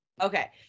Okay